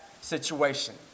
situation